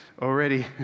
already